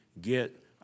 get